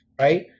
right